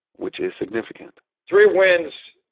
which is significant three wins,